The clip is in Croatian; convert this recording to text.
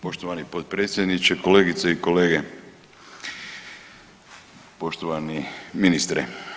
Poštovani potpredsjedniče, kolegice i kolege, poštovani ministre.